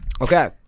Okay